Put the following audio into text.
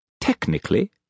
Technically